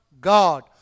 God